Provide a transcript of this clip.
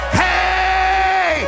hey